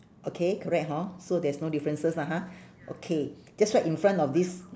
okay correct hor so there's no differences lah ha okay just right in front of this